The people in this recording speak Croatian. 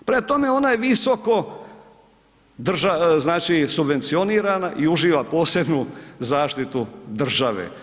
Prema tome, ona je visoko znači subvencionirana i uživa posebnu zaštitu države.